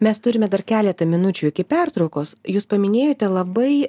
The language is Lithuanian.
mes turime keletą minučių iki pertraukos jūs paminėjote labai